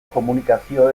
komunikazio